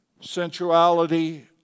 sensuality